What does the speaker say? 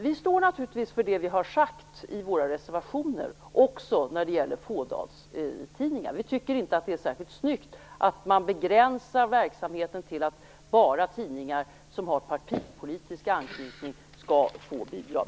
Vi står naturligtvis för vad vi har sagt i våra reservationer också när det gäller fådagstidningar. Vi tycker inte att det är särskilt snyggt att begränsa verksamheten så att bara tidningar som har partipolitisk anknytning skall få bidrag.